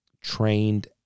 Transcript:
trained